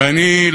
ואני,